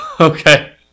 Okay